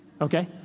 okay